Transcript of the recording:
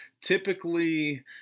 typically